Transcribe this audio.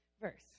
verse